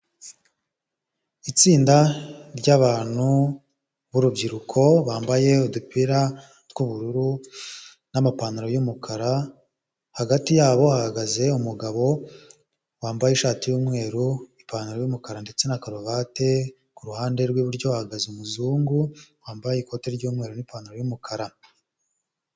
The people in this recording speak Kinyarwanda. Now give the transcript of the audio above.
Itsinda ry' abantu b'urubyiruko bambaye udupira tw'ubururu n' amapantaro y'umukara, hagati yabo hahagaze umugabo wambaye ishati y'umweru ipantaro y'umukara ndetse na karuvati, kuruhande rw'iburyo hahagaze umuzungu wambaye ikoti ry'umweru n' ipantaro y'umukara.